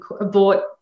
bought